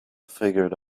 figured